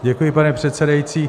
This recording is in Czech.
Děkuji, pane předsedající.